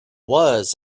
was